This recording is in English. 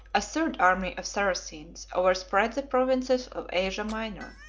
a third army of saracens overspread the provinces of asia minor,